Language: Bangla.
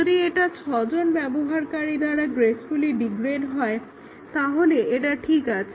যদি এটা 6 জন ব্যবহারকারী দ্বারা গ্রেসফুলি ডিগ্রেড হয় তাহলে এটা ঠিক আছে